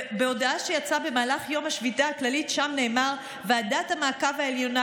בהודעה שיצאה במהלך יום השביתה הכללית נאמר: "ועדת המעקב העליונה